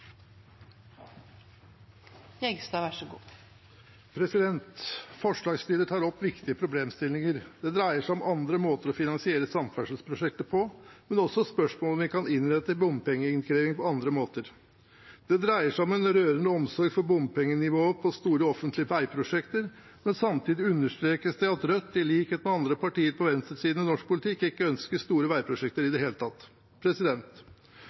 viktige problemstillinger. Det dreier seg om andre måter å finansiere samferdselsprosjekter på, men også spørsmålet om vi kan innrette bompengeinnkrevingen på andre måter. Det dreier seg om en rørende omsorg for bompengenivået på store offentlige veiprosjekter, men samtidig understrekes det at Rødt – i likhet med andre partier på venstresiden i norsk politikk – ikke ønsker store veiprosjekter i det hele tatt.